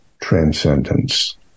transcendence